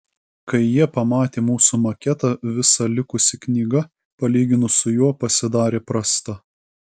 kai jie pamatė mūsų maketą visa likusi knyga palyginus su juo pasidarė prasta